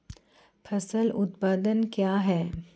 फसल उत्पादन क्या है?